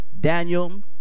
daniel